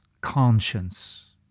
conscience